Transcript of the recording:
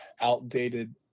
outdated